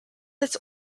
its